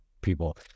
people